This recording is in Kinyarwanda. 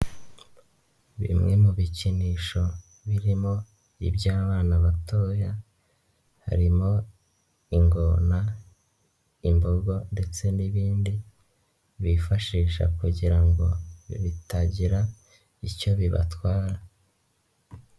Bimwe mu bikinisho birimo iby'abana batoya, harimo ingona, imbogo ndetse n'ibindi bifashisha kugira ngo bitagira icyo bibatwara.